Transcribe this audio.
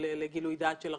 לגילוי דעת של הרשות,